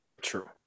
true